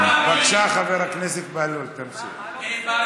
בבקשה, חבר הכנסת בהלול יעני ערבי.